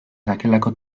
sakelako